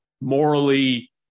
morally